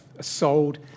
sold